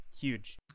huge